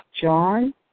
John